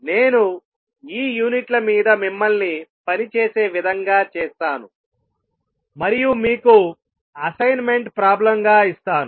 నేను ఈ యూనిట్ల మీద మిమ్మల్ని పని చేసే విధంగా చేస్తాను మరియు మీకు అసైన్మెంట్ ప్రాబ్లం గా ఇస్తాను